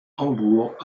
hambourg